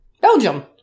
belgium